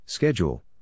Schedule